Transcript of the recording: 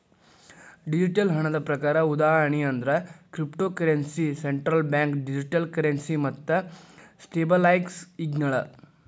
digital ಹಣದ ಪ್ರಕಾರ ಉದಾಹರಣಿ ಅಂದ್ರ cryptocurrency, central bank digital currency ಮತ್ತ ಸ್ಟೇಬಲ್ಕಾಯಿನ್ಗಳ